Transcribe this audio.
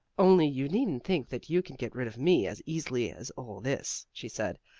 only you needn't think that you can get rid of me as easily as all this, she said.